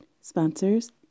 sponsors